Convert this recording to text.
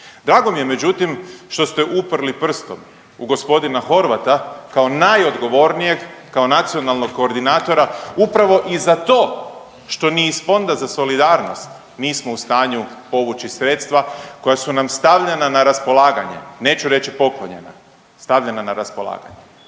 Drago mi je međutim što ste uprli prstom u g. Horvata kao najodgovornijeg kao nacionalnog koordinatora upravo i za to što ni iz Fonda za solidarnost nismo u stanju povući sredstva koja su nam stavljena na raspolaganje, neću reći poklonjena, stavljena na raspolaganje.